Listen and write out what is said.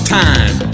time